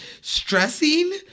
stressing